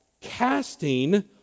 casting